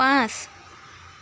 পাঁচ